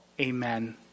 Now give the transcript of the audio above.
Amen